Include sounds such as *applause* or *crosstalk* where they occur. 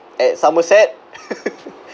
at somerset *laughs*